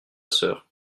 sœur